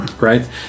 Right